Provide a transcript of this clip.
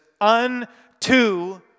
unto